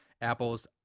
Apple's